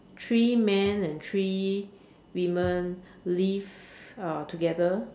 three man and three women live uh together